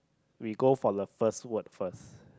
we go for the first word first